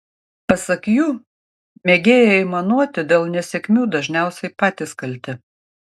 pasak jų mėgėjai aimanuoti dėl nesėkmių dažniausiai patys kalti